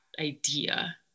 idea